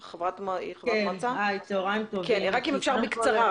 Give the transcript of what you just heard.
בבקשה, בקצרה.